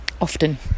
often